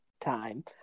time